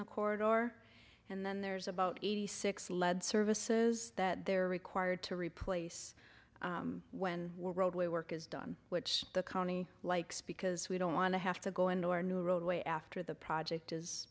the corridor and then there's about eighty six lead services that they're required to replace when we're roadway work is done which the county likes because we don't want to have to go into our new roadway after the project is